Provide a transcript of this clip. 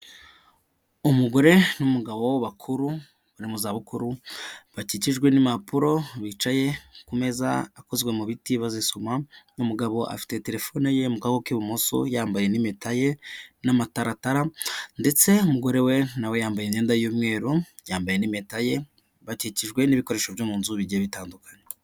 Umugore n'umugabo bakuru, bari mu zabukuru, bakikijwe n'impapuro, bicaye ku meza akozwe mu biti bazisoma, umagabo afite telefone ye mu kaboko k'ibumoso, yambaye n'impeta ye, n'amataratara, ndetse umugore we nawe yambaye imyenda y'umweru, yambaye n'impeta ye, bakikijwe n'ibikoresho byo mu nzu bigiye bitandukanye.